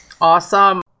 Awesome